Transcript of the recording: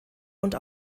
und